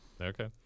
Okay